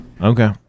Okay